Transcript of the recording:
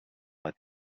but